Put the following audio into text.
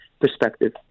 perspective